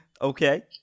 Okay